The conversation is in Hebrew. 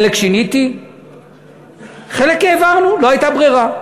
חלק שיניתי וחלק העברנו, לא הייתה ברירה.